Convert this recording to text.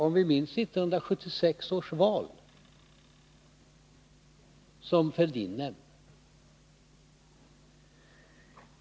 Vi minns 1976 års val, som Thorbjörn Fälldin nämnde.